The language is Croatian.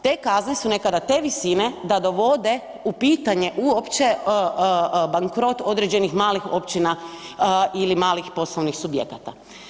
Te kazne su nekada te visine da dovode u pitanje uopće bankrot određenih malih općina ili malih poslovnih subjekata.